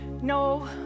no